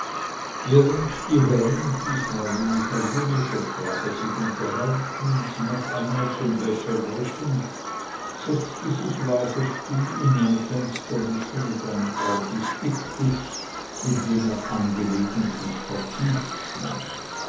während die herren diesmal in italienischer sprache sich unterhaltend noch einmal zum becher griffen setzte sich waser still in eine fensternische mit einem orbis pictus in den er angelegentlich vertieft schien